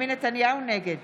נגד